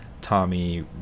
Tommy